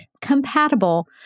compatible